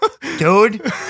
Dude